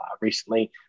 recently